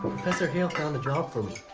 sort of hale found a job for me.